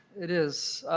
it is.